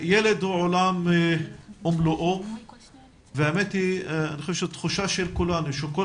ילד הוא עולם ומלואו ואני חושב שהתחושה של כולנו היא שכל